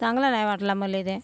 चांगलं नाही वाटलं मला ते